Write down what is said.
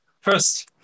first